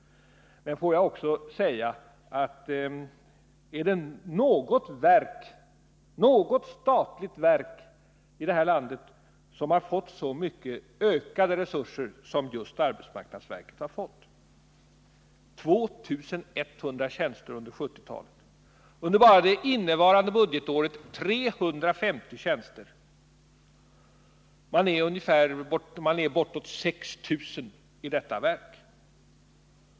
Men jag vill ställa frågan: Är det något statligt verk i det här landet som har fått så stor ökning av sina resurser som just arbetsmarknadsverket har fått? 2 100 tjänster under 1970-talet! Bara under innevarande budgetår har man fått 350 tjänster. Det är nu bortåt 6 000 anställda i detta verk.